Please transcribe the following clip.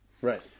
Right